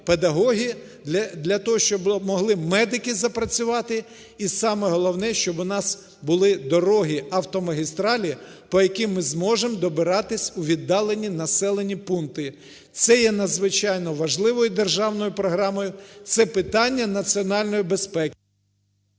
педагоги, для того щоб могли медики запрацювати і саме головне, щоб у нас були дороги, автомагістралі по яким ми зможемо добиратися у віддалені населені пункти. Це є надзвичайно важливо, і державною програмою. Це питання національної безпеки.